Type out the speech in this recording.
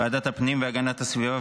ועדת הפנים והגנת והסביבה,